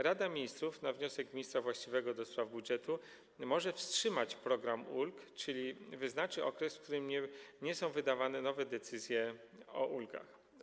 Rada Ministrów na wniosek ministra właściwego do spraw budżetu może wstrzymać program ulg, czyli wyznaczyć okres, w jakim nie są wydawane nowe decyzje o przyznaniu ulgi.